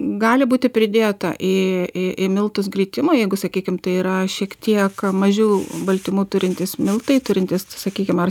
gali būti pridėta į į į miltus glitimo jeigu sakykim tai yra šiek tiek mažiau baltymų turintys miltai turintys sakykim ar